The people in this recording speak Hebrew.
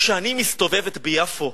כשאני מסתובבת ביפו,